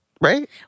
Right